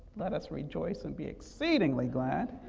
let us rejoice and be exceedingly glad,